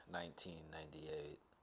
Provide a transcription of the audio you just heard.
1998